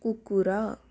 କୁକୁର